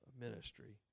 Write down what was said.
ministry